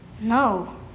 No